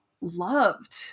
loved